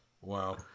Wow